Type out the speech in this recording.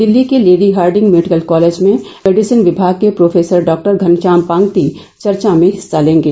दिल्ली के lady Hardinge medical college में medicine विभाग के प्रोफेसर डॉ घनश्याम पांग्ती चर्चा में हिस्सा लेंगे